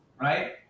right